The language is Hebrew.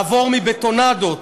לעבור מבטונדות